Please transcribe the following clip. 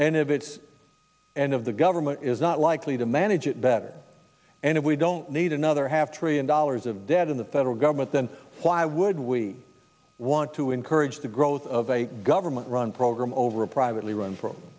and of it's and of the government is not likely to manage it better and if we don't need another half trillion dollars of debt in the federal government then why would we want to encourage the growth of a government run program over a privately run f